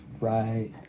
Right